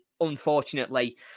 unfortunately